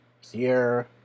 Sierra